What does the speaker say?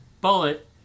bullet